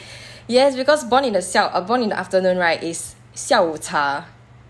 yes because born in the 下 err born in the afternoon right is 下午茶